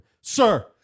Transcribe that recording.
sir